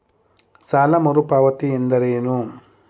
ಸಾಲ ಮರುಪಾವತಿ ಎಂದರೇನು?